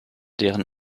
deren